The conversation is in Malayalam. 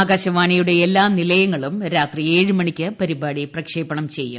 ആകാശവാണിയുടെ എല്ലാ നിലയങ്ങളും രാത്രി ഏഴ് മണിക്ക് പരിപാടി പ്രക്ഷേപണം ചെയ്യും